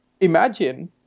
imagine